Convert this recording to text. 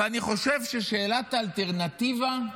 ואני חושב ששאלת האלטרנטיבה,